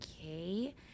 okay